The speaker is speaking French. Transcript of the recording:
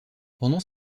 pendant